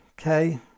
Okay